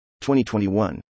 2021